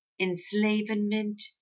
enslavement